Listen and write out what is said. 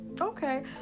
Okay